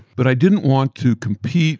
but i didn't want to compete